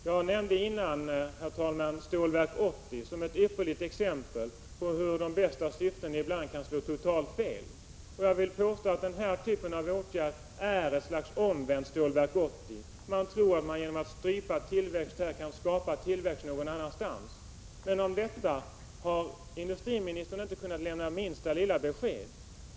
Jag nämnde tidigare Stålverk 80 som ett ypperligt exempel på hur ett projekt trots de bästa syften kan slå totalt fel. Jag vill påstå att den typ av åtgärder som regeringen nu föreslagit är ett slags omvänt Stålverk 80 projekt. Man tror att man genom att strypa tillväxt i Stockholm kan skapa tillväxt någon annanstans. Men om detta har industriministern inte kunnat lämna minsta lilla besked.